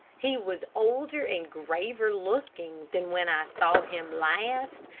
he was older and graver looking than when i saw him last,